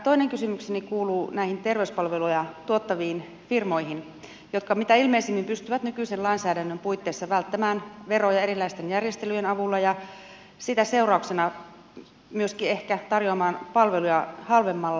toinen kysymykseni liittyy näihin terveyspalveluja tuottaviin firmoihin jotka mitä ilmeisimmin pystyvät nykyisen lainsäädännön puitteissa välttämään veroja erilaisten järjestelyjen avulla ja sen seurauksena myöskin ehkä tarjoamaan palveluja halvemmalla